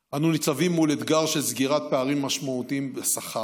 אנו ניצבים מול אתגר של סגירת פערים משמעותיים בשכר.